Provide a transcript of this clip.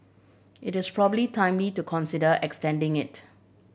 it is probably timely to consider extending it